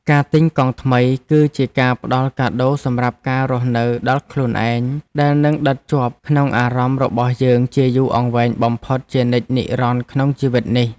ការទិញកង់ថ្មីគឺជាការផ្ដល់កាដូសម្រាប់ការរស់នៅដល់ខ្លួនឯងដែលនឹងដិតជាប់ក្នុងអារម្មណ៍របស់យើងជាយូរអង្វែងបំផុតជានិច្ចនិរន្តរ៍ក្នុងជីវិតនេះ។